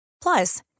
Plus